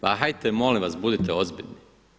Pa hajte molim vas budite ozbiljni!